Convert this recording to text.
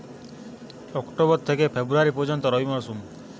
October থেকে February পর্যন্ত রবি মৌসুম